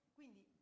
quindi